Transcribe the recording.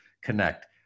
connect